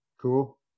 Cool